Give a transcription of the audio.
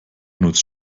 benutzt